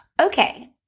Okay